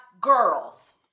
girls